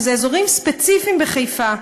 שאלה אזורים ספציפיים בחיפה,